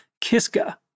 Kiska